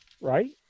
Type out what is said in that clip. right